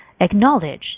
acknowledge